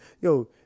yo